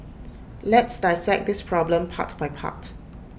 let's dissect this problem part by part